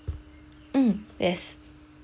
mm yes